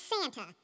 Santa